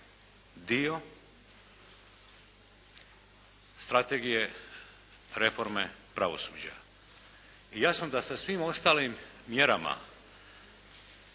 dio strategije reforme pravosuđa. I jasno da sa svim ostalim mjerama